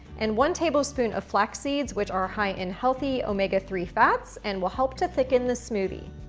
and one tablespoon of flax seeds which are high in healthy omega three fats and will help to thicken the smoothie.